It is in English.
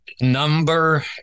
number